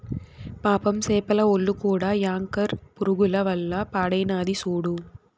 పాపం సేపల ఒల్లు కూడా యాంకర్ పురుగుల వల్ల పాడైనాది సూడు